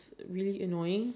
ya but then like